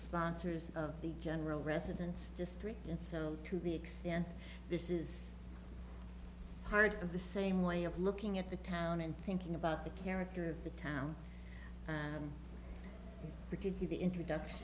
sponsors of the general residence district and so to the extent this is part of the same way of looking at the town and thinking about the character of the town could be the introduction